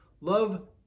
love